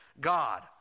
God